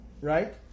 Right